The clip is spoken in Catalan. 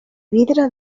vidre